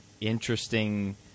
interesting